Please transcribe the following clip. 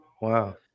wow